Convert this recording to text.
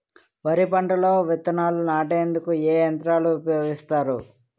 వరి పంటలో విత్తనాలు నాటేందుకు ఏ యంత్రాలు ఉపయోగిస్తారు?